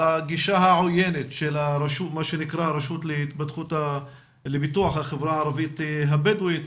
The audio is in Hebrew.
הגישה העוינת של הרשות לפיתוח החברה הערבית הבדואית.